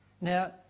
Now